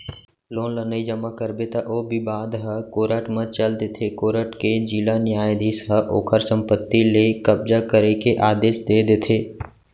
loan ल नइ जमा करबे त ओ बिबाद ह कोरट म चल देथे कोरट के जिला न्यायधीस ह ओखर संपत्ति ले कब्जा करे के आदेस दे देथे